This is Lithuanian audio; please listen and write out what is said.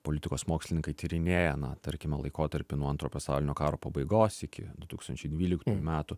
politikos mokslininkai tyrinėja na tarkime laikotarpį nuo antro pasaulinio karo pabaigos iki du tūkstančiai dvyliktų metų